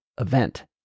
event